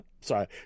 Sorry